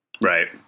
Right